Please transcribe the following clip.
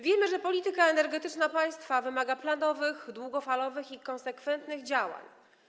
Wiemy, że polityka energetyczna państwa wymaga planowych, długofalowych i konsekwentnych działań.